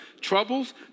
Troubles